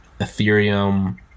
Ethereum